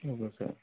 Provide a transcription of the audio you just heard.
ம் ஓகே